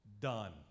done